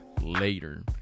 Later